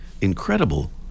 incredible